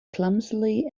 clumsily